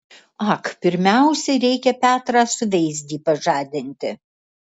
ak pirmiausia reikia petrą suveizdį pažadinti